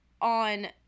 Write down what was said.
on